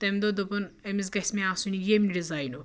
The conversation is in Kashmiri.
تٔمۍ دوٚپ دوٚپُن أمِس گژھِ مےٚ آسُن ییٚمہِ ڈِزاینُک